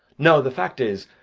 no! the fact is,